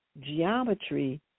geometry